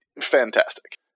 fantastic